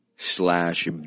slash